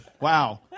Wow